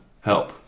help